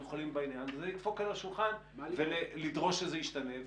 יכולים בעניין וזה לדפוק על השולחן ולדרוש שזה ישתנה.